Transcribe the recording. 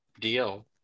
deal